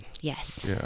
Yes